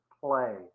play